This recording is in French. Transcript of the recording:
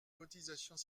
cotisations